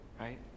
right